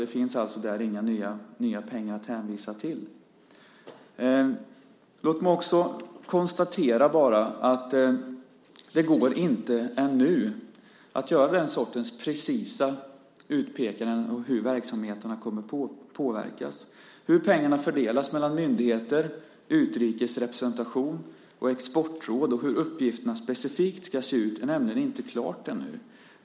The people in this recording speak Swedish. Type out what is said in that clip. Det finns alltså inga nya pengar att hänvisa till. Låt mig också bara konstatera att det ännu inte går att göra den sortens precisa utpekanden av hur verksamheterna kommer att påverkas, hur pengarna fördelas mellan myndigheter, utrikes representation, exportråd och hur uppgifterna specifikt ska se ut. Det är nämligen inte klart ännu.